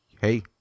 hey